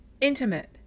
intimate